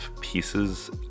pieces